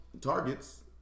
targets